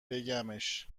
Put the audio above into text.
بگمش